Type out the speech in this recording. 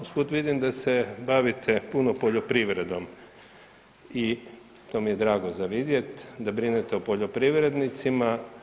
Usput vidim da se bavite puno poljoprivredom i to mi je drago za vidjeti da brinete o poljoprivrednicima.